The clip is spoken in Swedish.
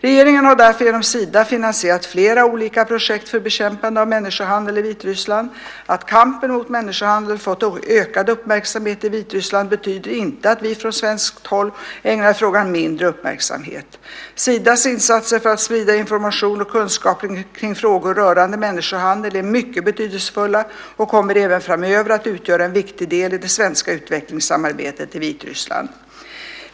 Regeringen har därför genom Sida finansierat flera olika projekt för bekämpandet av människohandel i Vitryssland. Att kampen mot människohandel fått ökad uppmärksamhet i Vitryssland betyder inte att vi från svenskt håll ägnar frågan mindre uppmärksamhet. Sidas insatser för att sprida information och kunskap kring frågor rörande människohandel är mycket betydelsefulla och kommer även framöver att utgöra en viktig del i det svenska utvecklingssamarbetet i Vitryssland.